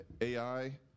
AI